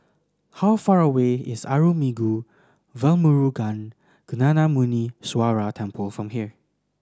how far away is Arulmigu Velmurugan Gnanamuneeswarar Temple from here